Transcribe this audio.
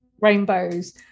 rainbows